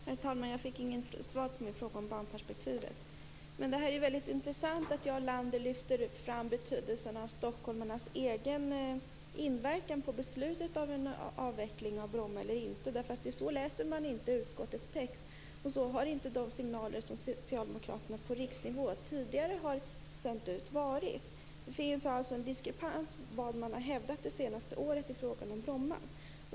Herr talman! Jag fick inget svar på min fråga om barnperspektivet. Det är intressant att Jarl Lander lyfter fram betydelsen av stockholmarnas egen inverkan på beslutet om en avveckling av Bromma eller inte. Så läser man dock inte utskottets text och så har inte de signaler varit som socialdemokraterna på riksnivå tidigare sänt ut. Det finns alltså en diskrepans mellan vad man under det senaste året har hävdat i frågan om Bromma.